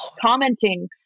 commenting